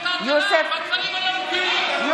אינו נוכח בנימין גנץ, אינו נוכח צבי האוזר, בעד